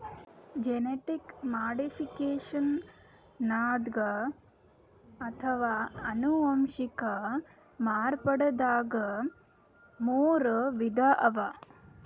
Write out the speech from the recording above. genetic ಮಾಡಿಫಿಕೇಷನ್ದಾಗ್ ಅಥವಾ ಅನುವಂಶಿಕ್ ಮಾರ್ಪಡ್ದಾಗ್ ಮೂರ್ ವಿಧ ಅವಾ